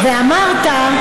ואמרת: